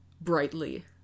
brightly